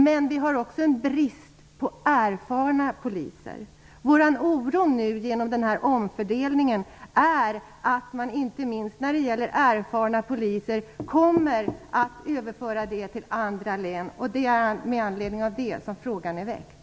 Men vi har också en brist på erfarna poliser. Vår oro är nu att den här omfördelningen leder till att inte minst de erfarna poliserna överförs till andra län. Det är med anledning av det som frågan är ställd.